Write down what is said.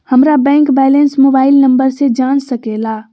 हमारा bank balance mobile number से जान सके ला?